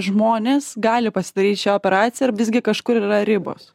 žmonės gali pasidaryt šią operaciją ar visgi kažkur yra ribos